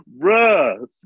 Bruh